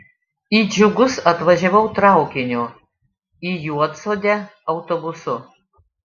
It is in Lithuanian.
į džiugus atvažiavau traukiniu į juodsodę autobusu